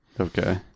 Okay